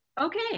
Okay